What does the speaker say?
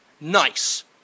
Nice